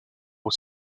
aux